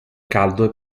caldo